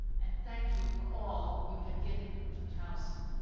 and thank you for all you have given to towson.